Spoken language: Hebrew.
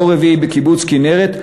דור רביעי בקיבוץ כינרת,